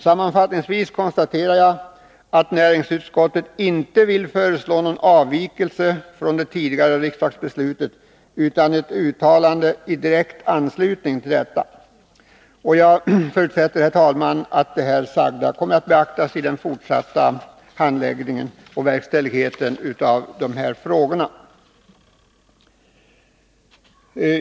Sammanfattningsvis konstaterar jag att näringsutskottet inte vill föreslå någon avvikelse från det tidigare riksdagsbeslutet utan bara ett uttalande i direkt anslutning till detta. Herr talman! Jag förutsätter att det som här sagts kommer att beaktas i den fortsatta handläggningen och vid verkställandet av dessa frågor.